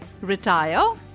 retire